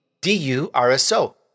D-U-R-S-O